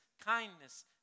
kindness